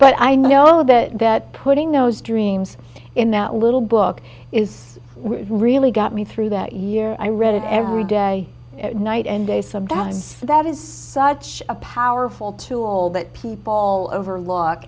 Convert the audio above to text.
but i know that that putting those dreams in that little book is really got me through that year i read it every day night and day some guys that is such a powerful tool that people all over lo